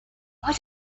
why